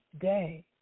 day